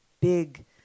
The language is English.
big